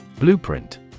Blueprint